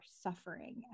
suffering